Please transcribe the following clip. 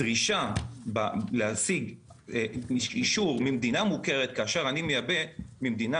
הדרישה להשיג אישור ממדינה מוכרת כאשר אני מייבא מדינה